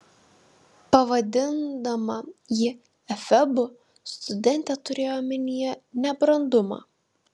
pavadindama jį efebu studentė turėjo omenyje nebrandumą